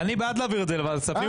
אני בעד להעביר את זה לוועדת הכספים,